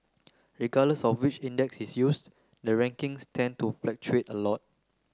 regardless of which index is used the rankings tend to a lot